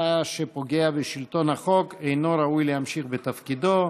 שפוגע בשלטון החוק אינו ראוי להמשיך בתפקידו.